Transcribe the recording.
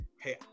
hey